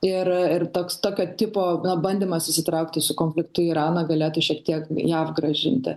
ir ir toks tokio tipo bandymas susitraukti su konfliktu į iraną galėtų šiek tiek jav grąžinti